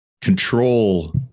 control